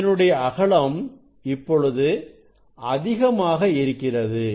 இதனுடைய அகலம் இப்பொழுது அதிகமாக இருக்கிறது